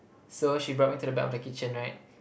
so she brought me to the back of the kitchen right